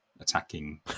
attacking